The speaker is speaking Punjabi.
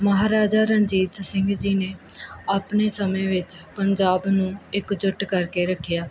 ਮਹਾਰਾਜਾ ਰਣਜੀਤ ਸਿੰਘ ਜੀ ਨੇ ਆਪਣੇ ਸਮੇਂ ਵਿੱਚ ਪੰਜਾਬ ਨੂੰ ਇੱਕਜੁੱਟ ਕਰਕੇ ਰੱਖਿਆ